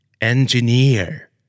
Engineer